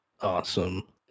Awesome